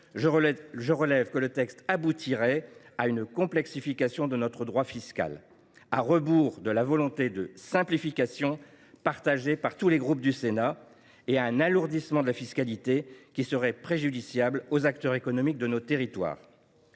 l’adoption de ce texte aboutirait à une complexification de notre droit fiscal, à rebours de la volonté de simplification partagée par tous les groupes du Sénat, et à un alourdissement de la fiscalité qui serait préjudiciable aux acteurs économiques de nos territoires.